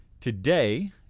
Today